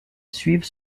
suivent